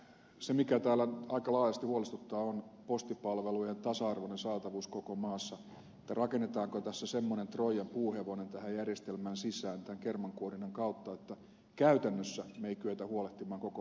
se mikä täällä aika laajasti huolestuttaa on postipalvelujen tasa arvoinen saatavuus koko maassa että rakennetaanko tässä semmoinen troijan puuhevonen tähän järjestelmään sisään tämän kermankuorinnan kautta että käytännössä me emme kykene huolehtimaan koko maan postipalveluista